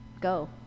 go